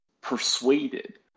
persuaded